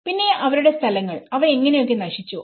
പിന്നെ അവരുടെ സ്ഥലങ്ങൾ അവ എങ്ങനെയൊക്കെ നശിച്ചു